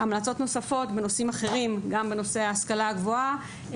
לא עסקתי בהמלצות נוספות בנושאים אחרים; גם בנושא ההשכלה הגבוהה,